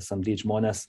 samdyt žmones